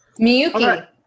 Miyuki